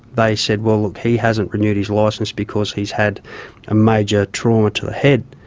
they said, well, look, he hasn't renewed his licence because he's had a major trauma to the head.